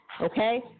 okay